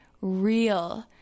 real